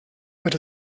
wird